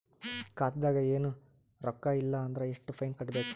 ಖಾತಾದಾಗ ಏನು ರೊಕ್ಕ ಇಲ್ಲ ಅಂದರ ಎಷ್ಟ ಫೈನ್ ಕಟ್ಟಬೇಕು?